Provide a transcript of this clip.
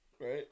Right